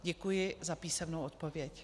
Děkuji za písemnou odpověď.